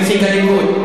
נציג הליכוד.